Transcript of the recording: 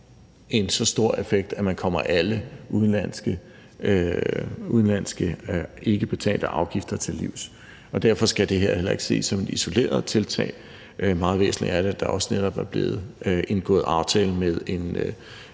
en så stor effekt, at man kommer alle udenlandske ikkebetalte afgifter til livs. Derfor skal det her heller ikke ses som et isoleret tiltag. Meget væsentligt er det, at der også netop er blevet indgået aftale med en